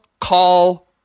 call